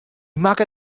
makke